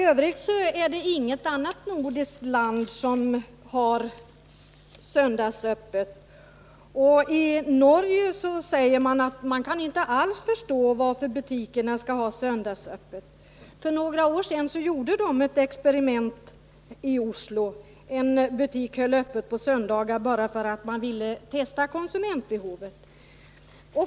Det är f. ö. inget annat nordiskt land som har söndagsöppet. I Norge säger man att man inte alls kan förstå varför butikerna skulle ha söndagsöppet. För några år sedan gjorde man ett experiment i Oslo. En butik höll öppet på söndagar bara därför att man ville testa konsumentbehovet.